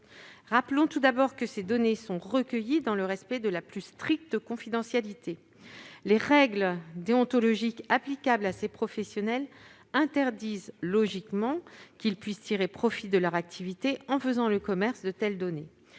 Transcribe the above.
Rappelons tout d'abord que ces données sont recueillies dans le respect de la plus stricte confidentialité. Les règles déontologiques applicables à ces professionnels interdisent logiquement qu'ils puissent tirer profit de leur activité en faisant le commerce de telles données.